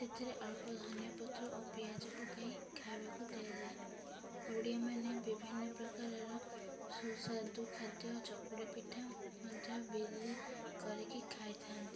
ସେଥିରେ ଅଳ୍ପ ଧନିଆ ପତ୍ର ଓ ପିଆଜ ପକାଇ ଖାଇବାକୁ ଦିଆଯାଏ ଓଡ଼ିଆମାନେ ବିଭିନ୍ନ ପ୍ରକାରର ସୁସ୍ୱାଦୁ ଖାଦ୍ୟ ଚକୁଳି ପିଠା ମଧ୍ୟ ବିରି କରିକି ଖାଇଥାନ୍ତି